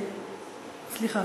סליחה,